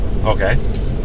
Okay